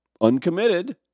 Uncommitted